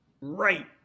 right